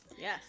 Yes